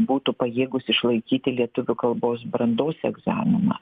būtų pajėgūs išlaikyti lietuvių kalbos brandos egzaminą